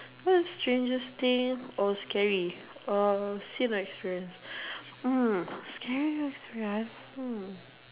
what strangest thing or scary um seen or experience mm scary experience hmm